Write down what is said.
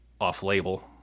off-label